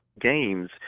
games